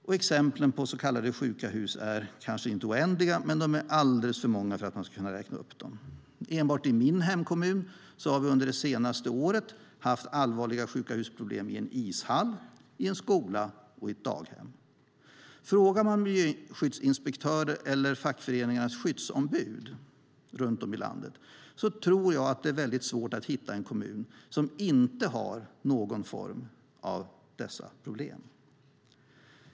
Och exemplen på så kallade sjuka hus är kanske inte oändliga, men de är alldeles för många för att jag ska kunna räkna upp dem. Enbart i min hemkommun har vi under det senaste året haft allvarliga sjuka-hus-problem i en ishall, en skola och ett daghem. Frågar man miljöskyddsinspektörer eller fackföreningarnas skyddsombud runt om i landet tror jag att det är väldigt svårt att hitta en kommun som inte har dessa problem i någon form.